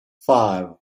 five